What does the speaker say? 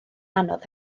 anodd